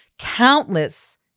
countless